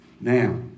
Now